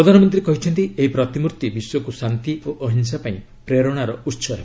ପ୍ରଧାନମନ୍ତ୍ରୀ କହିଛନ୍ତି ଏହି ପ୍ରତିମୂର୍ତ୍ତି ବିଶ୍ୱକୁ ଶାନ୍ତି ଓ ଅହିଂସା ପାଇଁ ପ୍ରେରଣାର ଉତ୍ସ ହେବ